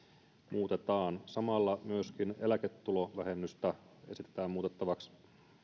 muutetaan samalla myöskin eläketulovähennystä esitetään muutettavaksi ja